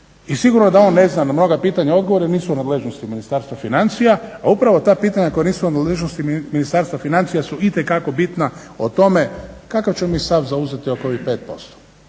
i sigurno da on ne zna na mnoga pitanja odgovore jer nisu u nadležnosti Ministarstva financija, a upravo ta pitanja u nadležnosti Ministarstva financija su itekako bitna o tome kakav ćemo mi stav zauzeti oko ovih 5%.